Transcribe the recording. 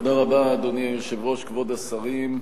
אדוני היושב-ראש, כבוד השרים,